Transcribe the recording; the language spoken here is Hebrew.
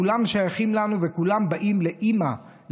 כולם שייכים לנו וכולם באים לאימא,